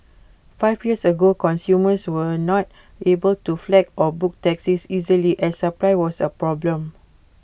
five years ago consumers were not able to flag or book taxis easily as supply was A problem